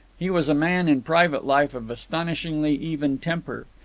he was a man in private life of astonishingly even temper.